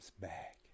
back